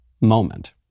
moment